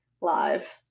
live